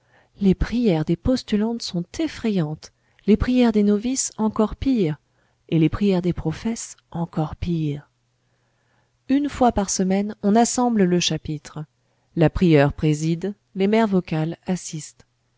les prières des postulantes sont effrayantes les prières des novices encore pires et les prières des professes encore pires une fois par semaine on assemble le chapitre la prieure préside les mères vocales assistent